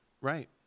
Right